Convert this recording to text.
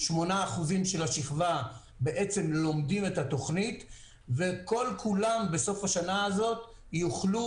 98% של השכבה לומדים את התוכנית וכולם בסוף השנה הזו יוכלו,